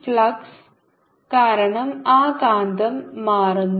flux കാരണം ആ കാന്തം മാറുന്നു